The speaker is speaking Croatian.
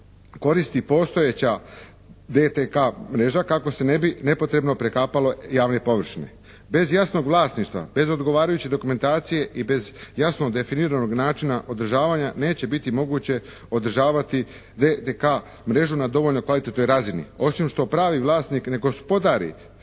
koristi postojeća DTK mreža kako se ne bi nepotrebno prekapale javne površine. Bez jasnog vlasništva, bez odgovarajuće dokumentacije i bez jasno definiranog načina održavanja neće biti moguće održavati DTK mrežu na dovoljno kvalitetnoj razini, osim što pravi vlasnik ne gospodari